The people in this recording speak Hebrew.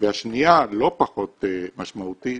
והשנייה, לא פחות משמעותית,